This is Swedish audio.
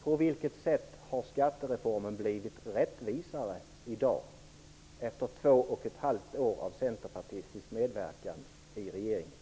På vilket sätt har skattereformen blivit rättvisare i dag efter två och ett halvt års centerpartistisk medverkan i regeringen?